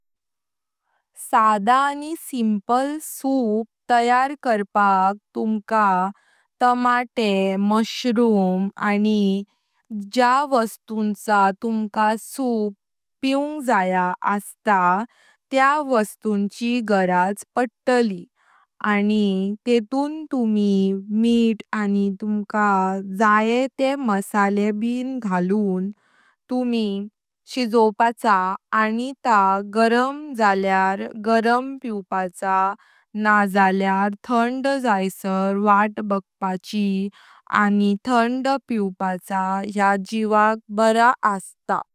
सदा आनी simple soup तयार करपाक तुमका टमाटे, मशरूम आनी ज्या वस्तुन्चा तुमका सूप पिवंग जाया असता त्या वस्तुन्ची गरज पडतली आनी त्यो तून तुनी मिठ आनी तुमका जाय ते मसाले ब घालून तुमी शिजवपाचो आनी ता गरम झाल्यार गरम पिवपाचो नाल्या थंड जेसार वाट बगपाचो आनी थंड पिवपाचो या जीवक बरा असता।